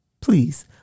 please